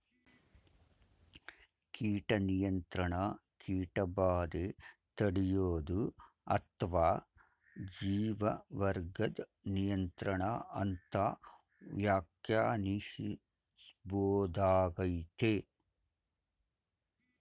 ಕೀಟ ನಿಯಂತ್ರಣ ಕೀಟಬಾಧೆ ತಡ್ಯೋದು ಅತ್ವ ಜೀವವರ್ಗದ್ ನಿಯಂತ್ರಣ ಅಂತ ವ್ಯಾಖ್ಯಾನಿಸ್ಬೋದಾಗಯ್ತೆ